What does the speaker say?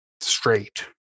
straight